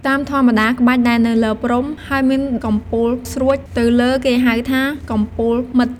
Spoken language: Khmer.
តាមធម្មតា ក្បាច់ដែលនៅលើព្រំ ហើយមានកំពូលស្រួចទៅលើគេហៅថា “កំពូលម៉ិត”។